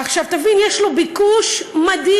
עכשיו, תבין, יש לו ביקוש מדהים.